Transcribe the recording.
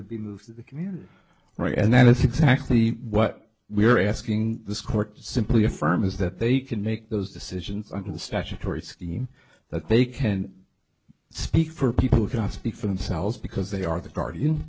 would be moved to the community and that is exactly what we are asking this court simply affirm is that they can make those decisions under the statutory scheme that they can speak for people who cannot speak for themselves because they are the guardian